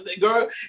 girl